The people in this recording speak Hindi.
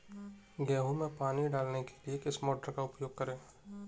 गेहूँ में पानी डालने के लिए किस मोटर का उपयोग करें?